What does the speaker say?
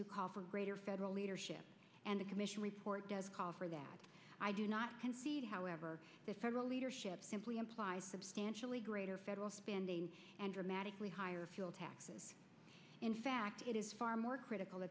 who call for greater federal leadership and the commission report does call for that i do not however the federal leadership simply implies substantially greater federal spending and dramatically higher fuel taxes in fact it is far more critical